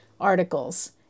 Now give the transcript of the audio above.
articles